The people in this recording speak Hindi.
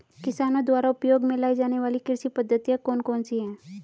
किसानों द्वारा उपयोग में लाई जाने वाली कृषि पद्धतियाँ कौन कौन सी हैं?